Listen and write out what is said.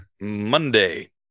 Monday